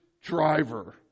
driver